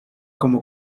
como